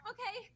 Okay